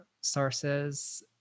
sources